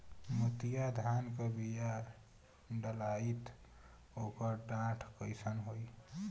मोतिया धान क बिया डलाईत ओकर डाठ कइसन होइ?